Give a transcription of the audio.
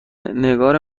نگار